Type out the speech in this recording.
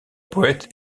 poète